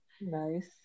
Nice